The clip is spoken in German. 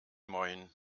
moin